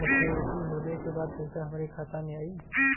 Maturity होले के बाद पैसा हमरे खाता में आई?